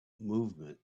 movement